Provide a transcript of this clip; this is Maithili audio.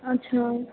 अच्छा